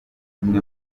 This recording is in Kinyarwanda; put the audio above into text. mwe